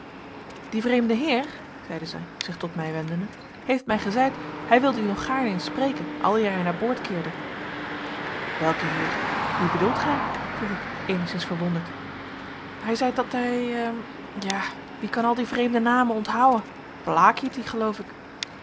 die vreemde heer zeide zij zich tot mij wendende heeft mij gezeid hij wilde u nog gaarne eens spreken aleer hij naar boord keerde welke heer wien bedoelt gij vroeg ik eenigszins verwonderd hij zeit dat hij ja wie kan al die vreemde namen onthouen blaek hiet hij eloof ik